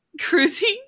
cruising